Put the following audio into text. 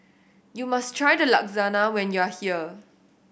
you must try Lasagna when you are here